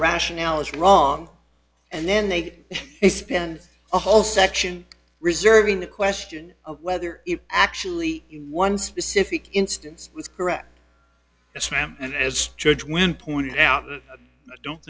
rationale is wrong and then they spend a whole section reserving the question of whether it actually one specific instance was correct yes ma'am and as judge when pointed out i don't